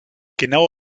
genau